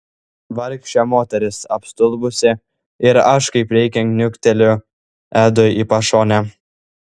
vargšė moteris apstulbusi ir aš kaip reikiant niukteliu edui į pašonę